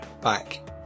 back